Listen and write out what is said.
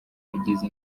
yagize